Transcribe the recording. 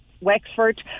Wexford